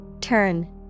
Turn